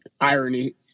irony